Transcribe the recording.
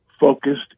focused